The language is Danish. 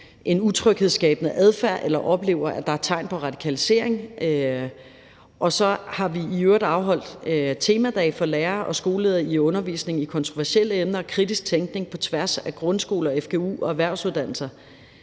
en utryghedsskabende adfærd, eller oplever, at der er tegn på radikalisering. Så har vi i øvrigt afholdt temadage for lærere og skoleledere i undervisning i kontroversielle emner og kritisk tænkning på tværs af grundskoler, fgu og erhvervsuddannelser,